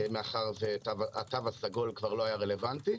מאחר שהתו הסגול כבר לא היה רלוונטי,